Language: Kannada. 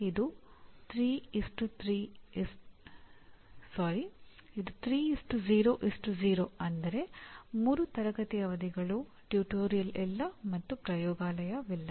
ಇದು 3 0 0 ಅಂದರೆ 3 ತರಗತಿ ಅವಧಿಗಳು ಟ್ಯುಟೋರಿಯಲ್ ಇಲ್ಲ ಮತ್ತು ಪ್ರಯೋಗಾಲಯವಿಲ್ಲ